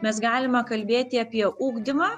mes galime kalbėti apie ugdymą